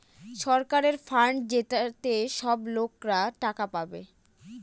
সরকারের ফান্ড যেটাতে সব লোকরা টাকা পাবে